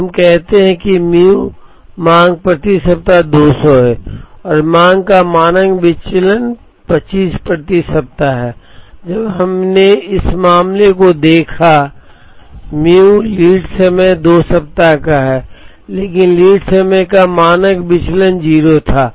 तो हम कहते हैं कि म्यू मांग प्रति सप्ताह 200 है और मांग का मानक विचलन 25 प्रति सप्ताह है जब हमने इस मामले को देखा संदर्भ समय देखें 3148 म्यू लीडसमय 2 सप्ताह का है लेकिन लीड समय का मानक विचलन 0 था